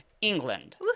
England